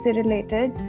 related